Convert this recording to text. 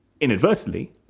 Inadvertently